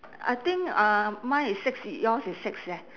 I think uh mine is six yours is six eh